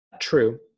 true